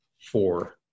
four